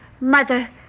mother